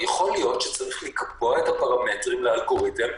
יכול להיות שצריך לקבוע את הפרמטרים לאלגוריתם.